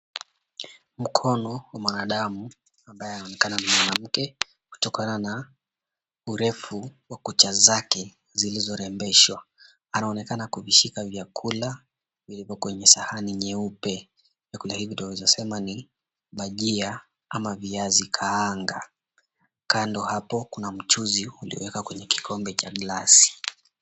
Mkono wa mwanadamu ambaye anaonekana ni mwanamke kutokana na urefu wa kucha zake zilizorembeshwa. Anaonekana kuvishika vyakula vilivyo kwenye sahani nyeupe vyakula hivi twaweza sema ni bajia ama viazi kaanga. Kando hapo kuna mchuzi uliowekwa kwenye kikombe cha glasi.